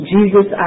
Jesus